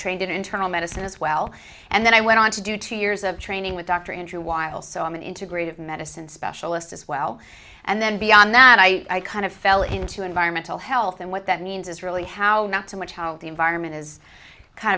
trained in internal medicine as well and then i went on to do two years of training with dr andrew weil so i'm an integrative medicine specialist as well and then beyond that i kind of fell into environmental health and what that means is really how not so much how the environment is kind